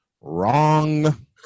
Wrong